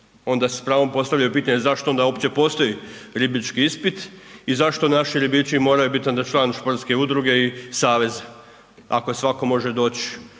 Onda se s pravom postavlja pitanje zašto onda uopće postoji ribički ispit i zašto naši ribiči moraju biti onda član športske udruge i saveza, ako svatko može doći,